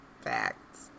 facts